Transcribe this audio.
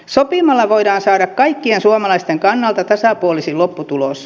sopimalla voidaan saada kaikkien suomalaisten kannalta tasapuolisin lopputulos